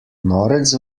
norec